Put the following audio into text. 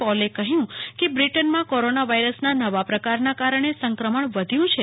પોલે કહ્યું કે બ્રિનટમાં કોરોના વાયરસના નવા પ્રકારના કારણે સંક્રમણ વધ્યું છે